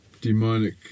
demonic